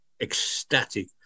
ecstatic